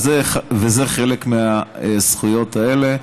וזה חלק מהזכויות האלה.